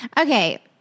Okay